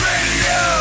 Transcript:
Radio